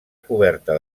coberta